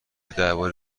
درباره